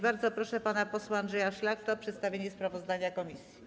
Bardzo proszę pana posła Andrzeja Szlachtę o przedstawienie sprawozdania komisji.